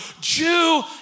Jew